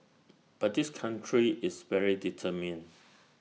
but this country is very determined